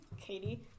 Katie